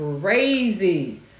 crazy